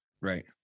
Right